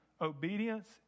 obedience